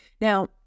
Now